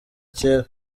kera